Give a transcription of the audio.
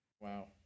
Wow